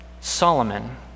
Solomon